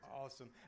awesome